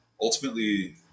ultimately